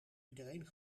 iedereen